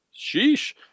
Sheesh